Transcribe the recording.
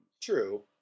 True